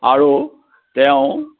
আৰু তেওঁ